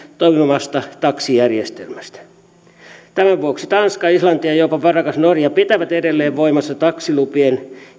toimivasta taksijärjestelmästä tämän vuoksi tanska islanti ja jopa varakas norja pitävät edelleen voimassa taksilupien